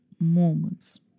moments